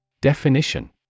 Definition